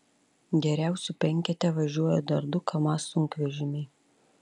geriausių penkete važiuoja dar du kamaz sunkvežimiai